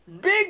big